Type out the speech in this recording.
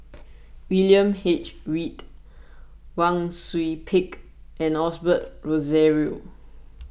William H Read Wang Sui Pick and Osbert Rozario